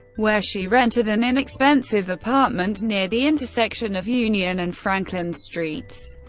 where she rented an inexpensive apartment near the intersection of union and franklin streets.